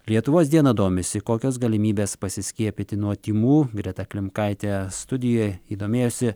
lietuvos diena domisi kokios galimybės pasiskiepyti nuo tymų greta klimkaitė studijoj ji domėjosi